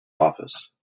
office